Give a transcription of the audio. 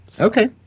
Okay